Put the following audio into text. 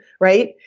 Right